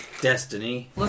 destiny